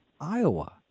Iowa